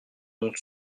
ont